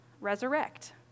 resurrect